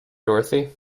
dorothy